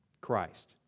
Christ